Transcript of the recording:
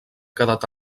quedat